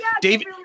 David